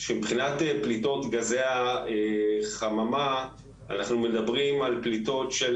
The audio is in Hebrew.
שמבחינת פליטות גזי החממה אנחנו מדברים על פליטות של